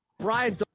Brian